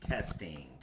Testing